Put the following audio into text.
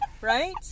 Right